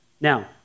Now